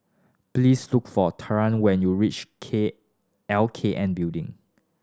please look for Taryn when you reach K L K N Building